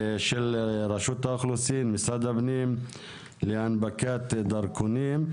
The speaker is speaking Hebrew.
של רשות האוכלוסין ומשרד הפנים להנפקת דרכונים.